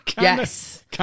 yes